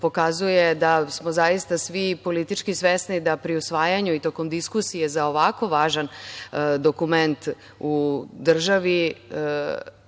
pokazuje da smo zaista svi politički svesni da pri usvajanju i tokom diskusije za ovako važan dokument u državi